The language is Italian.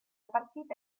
partita